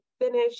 finish